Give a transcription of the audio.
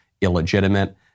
illegitimate